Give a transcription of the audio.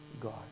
God